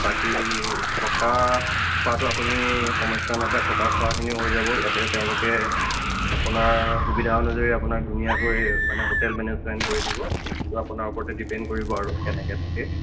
বাকী থকা খোৱাটো আপুনি সমস্যা নাপায় থকা খোৱাখিনিও হৈ যাব ইয়াতে তেওঁলোকে আপোনাৰ সুবিধা অনুযায়ী আপোনাক ধুনীয়াকৈ মানে হোটেল মেনেজমেণ্ট কৰি দিব সেইটো আপোনাৰ ওপৰতে ডিপেণ্ড কৰিব আৰু কেনেকৈ থাকে